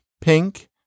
pink